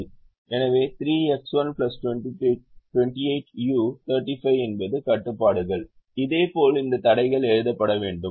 எனவே 3X1 28u 35 என்பது கட்டுப்பாடுகள் இதேபோல் இந்த தடைகள் எழுதப்பட வேண்டும்